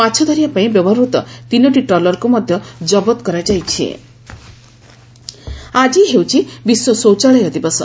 ମାଛ ଧରିବା ପାଇଁ ବ୍ୟବହୃତ ତିନିଟି ଟ୍ରଲରକୁ ମଧ୍ୟ ଜବତ କରାଯାଇଛି ଶୌଚାଳୟ ଦିବସ ଆକି ହେଉଛି ବିଶ୍ୱ ଶୌଚାଳୟ ଦିବସ